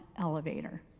elevator